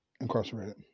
incarcerated